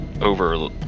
over